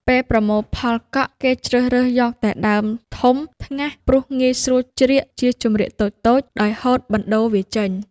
ពេលប្រមូលផលកក់ គេជ្រើសរើសយកតែដើមធំថ្ងាស ព្រោះងាយស្រួលច្រៀក ជាចំរៀកតូចៗ ដោយហូតបណ្តូលវាចេញ ។